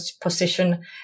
position